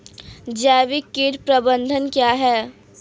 जैविक कीट प्रबंधन क्या है?